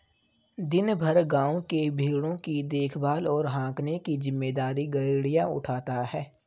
दिन भर गाँव के भेंड़ों की देखभाल और हाँकने की जिम्मेदारी गरेड़िया उठाता है